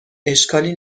اشکالی